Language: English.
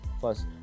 First